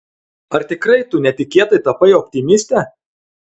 ar tikrai tu netikėtai tapai optimiste